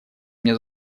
мне